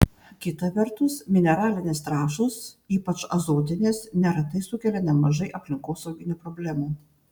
kita vertus mineralinės trąšos ypač azotinės neretai sukelia nemažai aplinkosauginių problemų